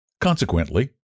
consequently